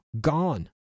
gone